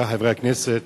חברי חברי הכנסת,